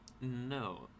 No